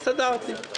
הסתדרתי.